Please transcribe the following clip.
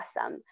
awesome